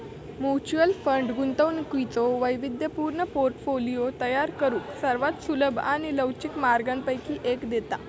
mutual fund गुंतवणुकीचो वैविध्यपूर्ण portfolio तयार करुक सर्वात सुलभ आणि लवचिक मार्गांपैकी एक देता